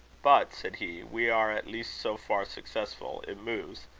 but, said he, we are at least so far successful it moves.